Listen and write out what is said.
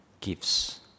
gifts